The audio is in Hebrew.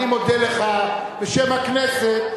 אני מודה לך בשם הכנסת,